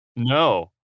No